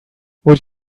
would